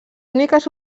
úniques